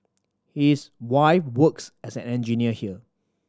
his wife works as an engineer here